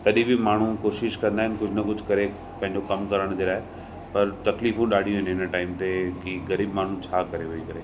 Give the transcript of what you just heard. तॾहिं बि माण्हू कोशिश कंदा आहिनि कुझु न कुझु करे पंहिंजो कम करण जे लाइ पर तकलीफ़ूं ॾाढियूं आहिनि हिन टाइम ते की ग़रीब माण्हू छा करे वेही करे